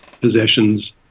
possessions